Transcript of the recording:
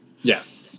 Yes